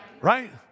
right